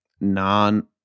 non